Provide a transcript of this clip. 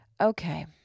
Okay